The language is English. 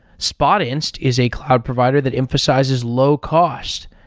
spotinst is a cloud provider that emphasizes low cost.